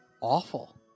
awful